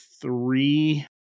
three